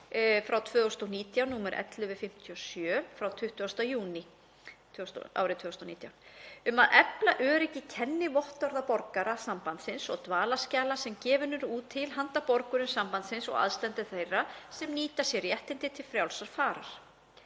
2019/1157 frá 20. júní 2019 um að efla öryggi kennivottorða borgara Sambandsins og dvalarskjala sem gefin eru út til handa borgurum Sambandsins og aðstandendum þeirra sem nýta sér réttinn til frjálsrar farar.